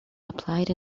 applied